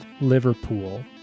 Liverpool